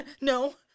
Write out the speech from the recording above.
No